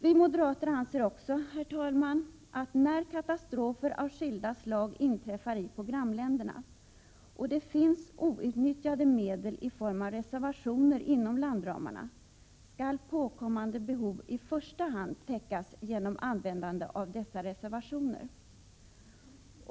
Vi moderater anser också att när katastrofer av skilda slag inträffar i programländerna och det finns outnyttjade medel i form av reservationer inom landramarna, skall påkommande behov täckas i första hand genom användande av dessa reservationer.